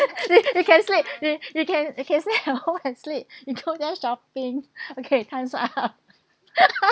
you you can sleep you you can you can stay at home and sleep you go there shopping okay time's up